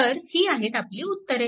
तर ही आहेत आपली उत्तरे